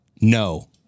No